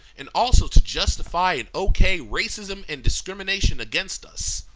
and also to justify and okay racism and discrimination against us.